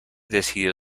decidió